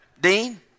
Dean